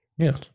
Yes